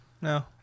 No